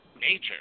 nature